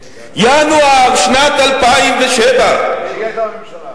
ינואר שנת 2007, כשהיא היתה בממשלה.